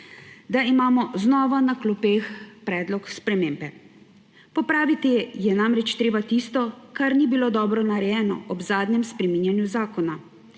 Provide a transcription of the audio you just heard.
da imamo znova na klopeh predlog spremembe. Popraviti je namreč treba tisto, kar ni bilo dobro narejeno ob zadnjem spreminjanju zakona.